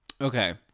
Okay